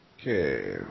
Okay